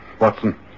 Watson